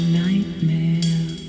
nightmare